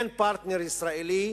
אין פרטנר ישראלי